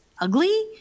Ugly